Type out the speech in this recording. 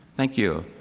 thank you.